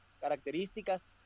características